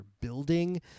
building